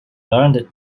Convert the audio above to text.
learned